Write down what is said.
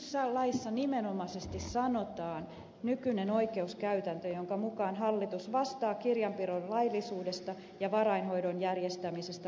nyt laissa nimenomaisesti sanotaan nykyinen oikeuskäytäntö jonka mukaan hallitus vastaa kirjanpidon laillisuudesta ja varainhoidon järjestämisestä luotettavasti